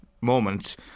moment